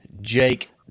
Jake